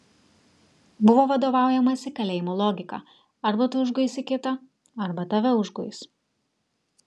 buvo vadovaujamasi kalėjimo logika arba tu užguisi kitą arba tave užguis